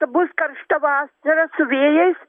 bus karšta vasara su vėjais